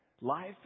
Life